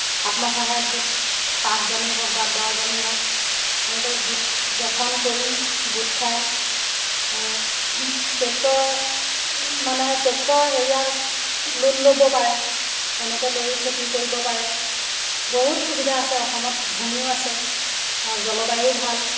আত্ম সহায়ক গোট পাঁচজনে হওক বা দহজনেই হওক এনেকৈ গোট গঠন কৰি গোট খাই টেক্টৰ মানে টেক্টৰ হেৰিয়াত লোন ল'ব পাৰে এনেকৈ লৈয়ো খেতি কৰিব পাৰে বহুত সুবিধা আছে অসমত ভূমিও আছে আৰু জলবায়ুও ভাল